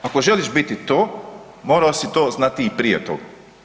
Ako želiš biti to morao si to znati i prije toga.